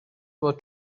for